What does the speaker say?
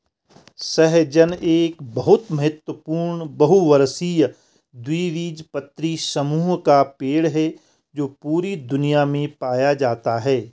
सहजन एक बहुत महत्वपूर्ण बहुवर्षीय द्विबीजपत्री समूह का पेड़ है जो पूरी दुनिया में पाया जाता है